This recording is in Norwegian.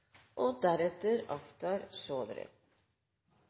og deretter